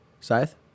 Scythe